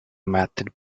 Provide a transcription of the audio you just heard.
method